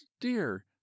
dear